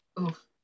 Oof